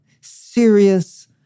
serious